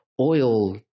oil